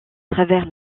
travers